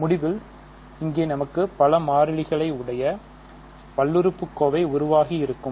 முடிவில் இங்கே நமக்கு பல மாறிகளை உடைய பல்லுறுப்புக்கோவை உருவாகி இருக்கும்